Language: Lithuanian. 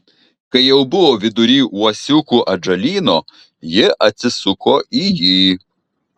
kai jau buvo vidury uosiukų atžalyno ji atsisuko į jį